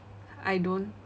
I don't